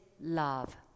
love